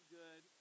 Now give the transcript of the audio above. good